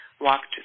walked